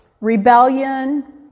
rebellion